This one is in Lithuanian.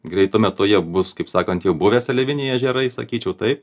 greitu metu jie bus kaip sakant jau buvę seliaviniai ežerai sakyčiau taip